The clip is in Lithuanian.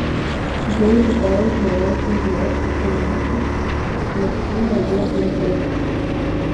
jau rytoj žiūrovai sužinos ir pirmąsias paslapčių namų intrigas